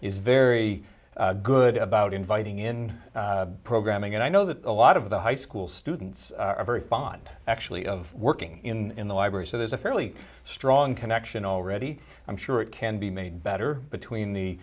is very good about inviting in programming and i know that a lot of the high school students are very fond actually of working in the library so there's a fairly strong connection already i'm sure it can be made better between the